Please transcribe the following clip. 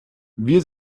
wir